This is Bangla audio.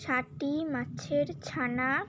ছাটি মাছের ছানা